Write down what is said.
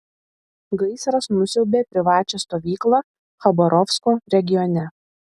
gaisras nusiaubė privačią stovyklą chabarovsko regione